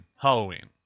Halloween